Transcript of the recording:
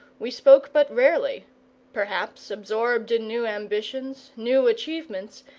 we spoke but rarely perhaps, absorbed in new ambitions, new achievements,